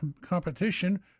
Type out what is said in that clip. competition